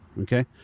Okay